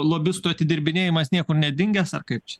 lobisto atidirbinėjimas niekur nedingęs ar kaip